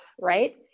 right